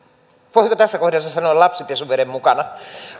voisiko tässä kohdassa sanoa lapsi pesuveden mukana